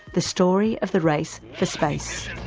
the story of the race for space.